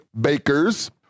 Bakers